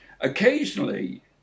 occasionally